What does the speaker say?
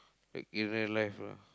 in real life lah